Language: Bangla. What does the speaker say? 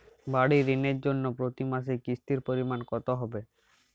বাড়ীর ঋণের জন্য প্রতি মাসের কিস্তির পরিমাণ কত হবে?